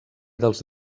dels